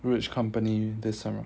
which company you want to sign up